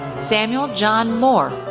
samuel john mohr,